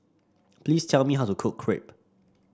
please tell me how to cook Crepe